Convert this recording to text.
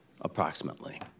approximately